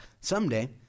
Someday